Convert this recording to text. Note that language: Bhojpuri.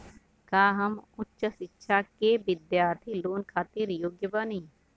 का हम उच्च शिक्षा के बिद्यार्थी लोन खातिर योग्य बानी?